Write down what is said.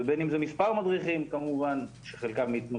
ובין אם זה מספר מדריכים כמובן שחלקם יתנו